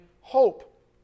hope